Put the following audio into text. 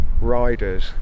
riders